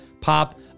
pop